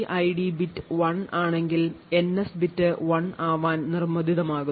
NSTID bit 1 ആണെങ്കിൽ NS bit 1 ആവാൻ നിർബന്ധിതമാകുന്നു